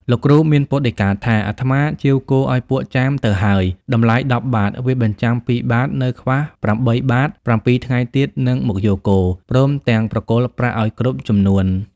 លោកគ្រូមានពុទ្ធដីកាថា "អាត្មាជាវគោឲ្យពួកចាមទៅហើយ តម្លៃ ១០ បាទ វាបញ្ចាំ ២ បាទ នៅខ្វះ ៨ បាទ ៧ ថ្ងៃទៀតនឹងមកយកគោ ព្រមទាំងប្រគល់ប្រាក់ឲ្យគ្រប់ចំនួន"។